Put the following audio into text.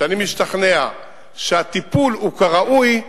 כשאני משתכנע שהטיפול הוא כראוי,